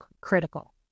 critical